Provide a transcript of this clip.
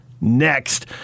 next